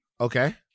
Okay